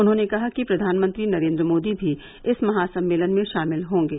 उन्होंने कहा कि प्रधानमंत्री नरेन्द्र मोदी भी इस महासम्मेलन में शामिल होंगे